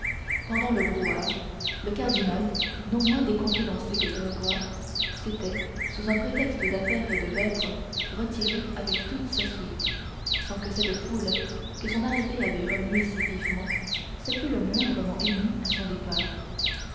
pendant le brouhaha le cardinal non moins décontenancé que gringoire s'était sous un prétexte d'affaires et de vêpres retiré avec toute sa suite sans que cette foule que son arrivée avait remuée si vivement se fût le moindrement émue à son départ